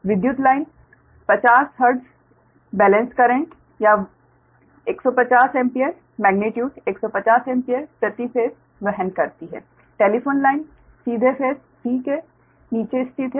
विद्युत line 50 hertz balance current या 150 ampere magnitude 150 ampere प्रति फेस वहन करती है टेलीफोन लाइन सीधे फेस C के नीचे स्थित है